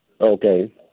Okay